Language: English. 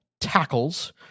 tackles